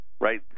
right